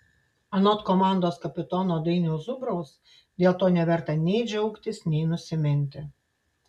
anot komandos kapitono dainiaus zubraus dėl to neverta nei džiaugtis nei nusiminti